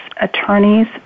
attorneys